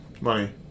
money